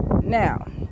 Now